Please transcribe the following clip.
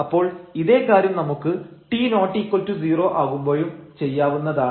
അപ്പോൾ ഇതേ കാര്യം നമുക്ക് t≠0 ആകുമ്പോഴും ചെയ്യാവുന്നതാണ്